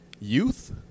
Youth